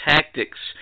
Tactics